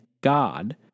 God